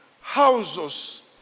houses